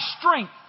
strength